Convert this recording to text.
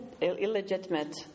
illegitimate